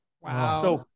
Wow